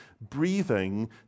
breathing